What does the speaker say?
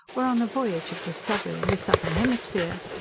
were on a voyage of discovery in the southern hemisphere.